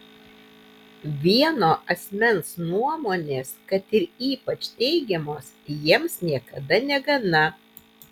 vieno asmens nuomonės kad ir ypač teigiamos jiems niekada negana